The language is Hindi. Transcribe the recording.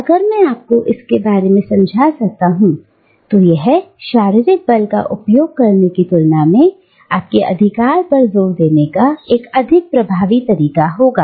अगर मैं आपको इसके बारे में समझा सकता हूं तो यह शारीरिक बल का उपयोग करने की तुलना में आपके अधिकार पर जोर देने का एक अधिक प्रभावी तरीका होगा